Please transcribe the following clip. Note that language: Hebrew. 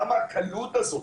למה הקלות הזאת?